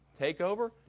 takeover